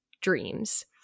dreams